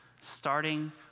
starting